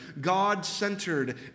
God-centered